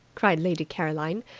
cried lady caroline.